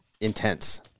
intense